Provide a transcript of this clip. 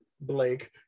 Blake